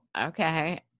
okay